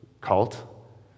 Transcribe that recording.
cult